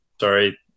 sorry